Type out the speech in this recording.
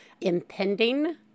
impending